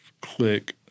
click